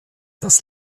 das